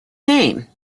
name